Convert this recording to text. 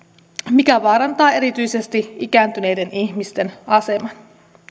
mikä vaarantaa erityisesti ikääntyneiden ihmisten aseman